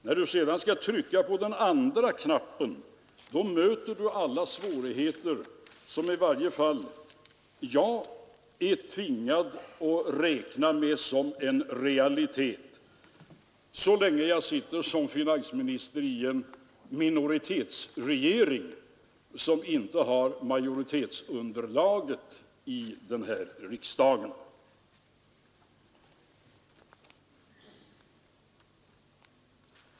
När man sedan trycker på den andra knappen, möter alla de svårigheter som i varje fall jag är tvingad att räkna med som en realitet, så länge jag sitter som finansminister i en regering som inte har majoritetsunderlag i riksdagen.